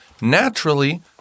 naturally